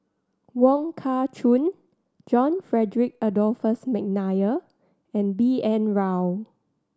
Wong Kah Chun John Frederick Adolphus McNair and B N Rao